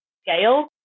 scale